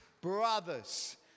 brothers